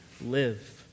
live